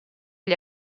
gli